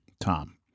Tom